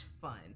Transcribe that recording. fun